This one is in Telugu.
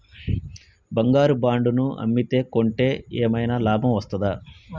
బంగారు బాండు ను అమ్మితే కొంటే ఏమైనా లాభం వస్తదా?